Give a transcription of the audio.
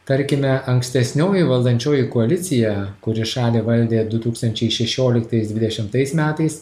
tarkime ankstesnioji valdančioji koalicija kuri šalį valdė du tūkstančiai šešioliktais dvidešimtais metais